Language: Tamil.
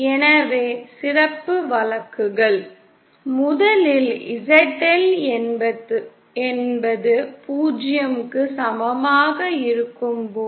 எனவே சிறப்பு வழக்குகள் முதலில் ZLஎன்பது 0 க்கு சமமாக இருக்கும்போது